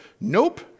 nope